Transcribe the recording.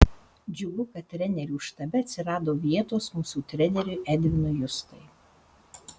džiugu kad trenerių štabe atsirado vietos mūsų treneriui edvinui justai